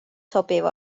sobiv